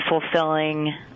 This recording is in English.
fulfilling